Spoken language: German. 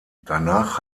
danach